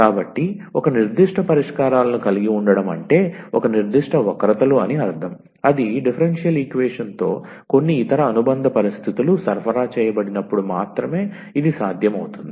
కాబట్టి ఒక నిర్దిష్ట పరిష్కారాలను కలిగి ఉండటం అంటే ఒక నిర్దిష్ట వక్రతలు అని అర్ధం అది డిఫరెన్షియల్ ఈక్వేషన్ తో కొన్ని ఇతర అనుబంధ పరిస్థితులు సరఫరా చేయబడినప్పుడు మాత్రమే ఇది సాధ్యమవుతుంది